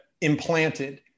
implanted